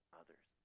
others